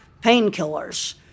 painkillers